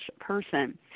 person